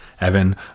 Evan